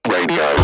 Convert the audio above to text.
Radio